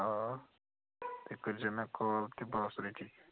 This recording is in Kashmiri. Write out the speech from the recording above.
آ تُہۍ کٔرزیو مےٚ کال تہِ بہٕ آسہٕ ریڈی